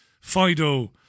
Fido